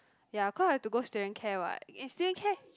ya cause I have to go student care what in student care